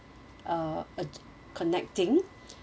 uh uh connecting